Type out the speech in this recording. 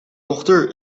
dochter